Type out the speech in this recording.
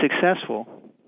successful